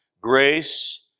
Grace